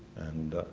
and